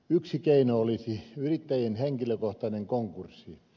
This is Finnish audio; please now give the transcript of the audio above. yksi keino olisi yrittäjien henkilökohtainen konkurssi